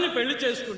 religious